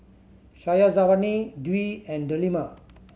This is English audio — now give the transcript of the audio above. Syazwani Dwi and Delima